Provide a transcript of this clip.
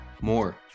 more